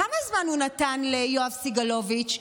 כמה זמן הוא נתן ליואב סגלוביץ'?